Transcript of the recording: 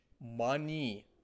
money